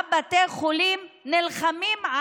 שבעה בתי חולים נלחמים,